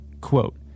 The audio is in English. quote